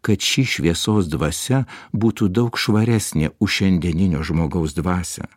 kad šį šviesos dvasia būtų daug švaresnė už šiandieninio žmogaus dvasią